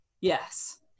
Yes